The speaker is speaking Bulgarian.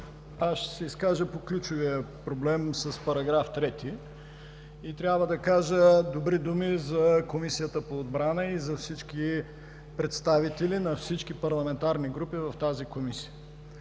Аз ще се изкажа по ключовия проблем с § 3. Трябва да кажа добри думи за Комисията по отбрана и за всички представители на всички парламентарни групи в тази Комисия.